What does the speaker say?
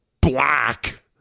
black